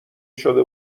شده